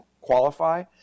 qualify